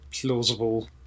plausible